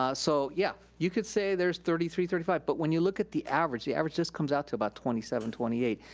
ah so yeah, you could say there's thirty three, thirty five, but when you look at the average, the average just comes out to about twenty seven, twenty eight.